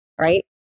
right